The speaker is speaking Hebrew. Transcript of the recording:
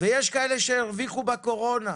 יש כאלה שהרוויחו בקורונה.